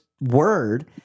word